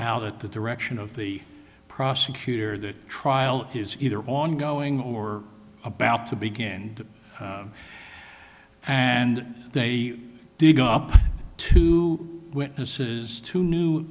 out at the direction of the prosecutor that trial is either ongoing or about to begin and they dig up two witnesses two new